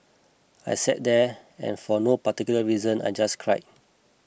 I sat there and for no particular reason I just cried